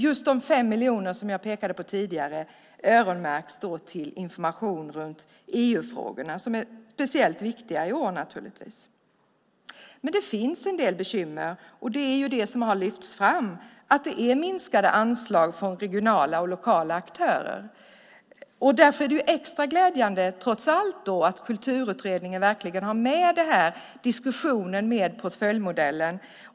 Just de 5 miljoner som jag pekade på tidigare öronmärks till information om EU-frågorna som naturligtvis är speciellt viktiga i år. Men det finns en del bekymmer, och det är det som har lyfts fram, nämligen att det är minskade anslag från regionala och lokala aktörer. Därför är det trots allt extra glädjande att Kulturutredningen verkligen har med diskussionen om portföljmodellen.